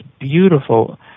beautiful